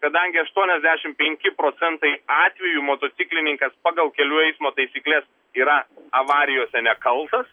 kadangi aštuoniasdešim penki procentai atvejų motociklininkas pagal kelių eismo taisykles yra avarijose nekaltas